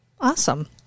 Awesome